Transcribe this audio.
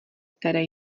které